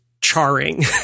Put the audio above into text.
charring